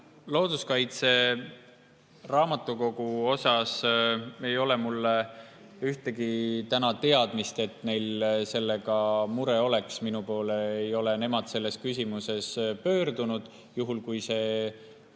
Looduskaitseraamatukogu kohta ei ole mul ühtegi teadmist, et neil sellega muret oleks. Minu poole ei ole nemad selles küsimuses pöördunud. Juhul, kui see